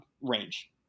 range